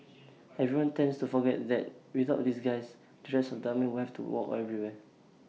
everyone tends to forget that without these guys the rest of the army would have to walk everywhere